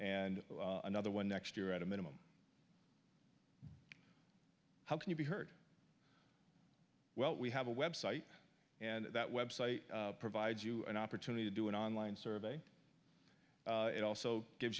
and another one next year at a minimum how can you be heard well we have a website and that website provides you an opportunity to do an online survey it also gives